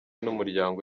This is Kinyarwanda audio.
n’umuryango